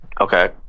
Okay